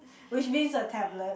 which means a tablet